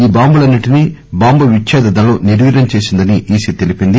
ఈ బాంబులన్నిటినీ బాంబు విచ్చేద దళం నిర్వీర్యం చేసిందని ఇసి తెలిపింది